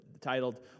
titled